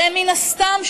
הרי מן הסתם,